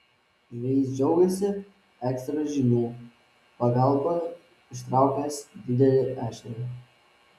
žvejys džiaugėsi ekstra žinių pagalba ištraukęs didelį ešerį